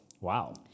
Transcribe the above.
Wow